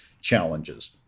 challenges